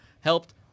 helped